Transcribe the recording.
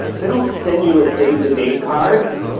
they don't send you a save the date card.